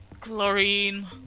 chlorine